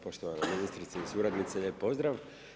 Poštovana ministrice i suradnici lijep pozdrav.